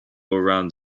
around